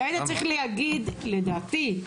לדעתי,